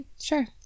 Sure